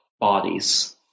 bodies